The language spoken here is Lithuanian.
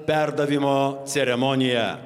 perdavimo ceremoniją